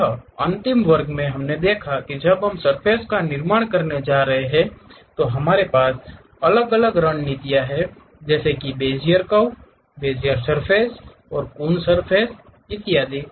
यह अंतिम वर्ग मे हमने देखा है जब हम इस सर्फ़ेस के निर्माण का निर्माण करने जा रहे हैं हमारे पास अलग अलग रणनीतियाँ हैं जैसे कि बेज़ियर कर्व्स बेज़ियर सरफेस और कून सरफेस इत्यादि